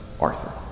Arthur